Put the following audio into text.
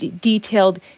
detailed